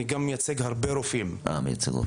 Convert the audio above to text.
אני גם מייצג הרבה רופאים -- אתה מייצג.